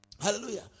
Hallelujah